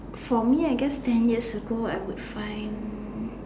for me I guess ten years ago I would find